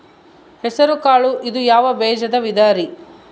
ಹೆಸರುಕಾಳು ಇದು ಯಾವ ಬೇಜದ ವಿಧರಿ?